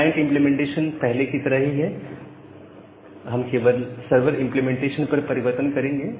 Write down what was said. client implementation पहले की तरह ही है हम केवल सर्वर इंप्लीमेंटेशन पर परिवर्तन करेंगे